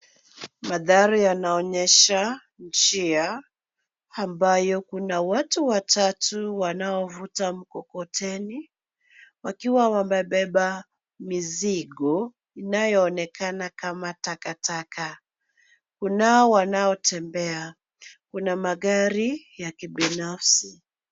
Mandhari yaonyesha njia ambayo kuna watu watatu wanaovuta mkokoteni wakiwa wamebeba mizigo inayoonekana kama takataka .Kunao wanaotembea, kuna magari ya kibinafsi.